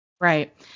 Right